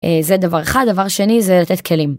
זה דבר אחד דבר שני זה לתת כלים.